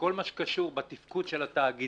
שכל מה שקשור בתפקוד של התאגידים